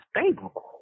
stable